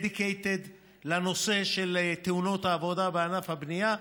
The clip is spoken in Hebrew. dedicated לנושא של תאונות העבודה בענף הבנייה.